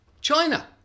China